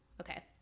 Okay